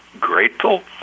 grateful